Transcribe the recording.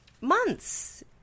Months